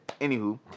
anywho